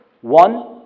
One